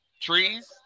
Trees